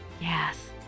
yes